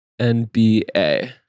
NBA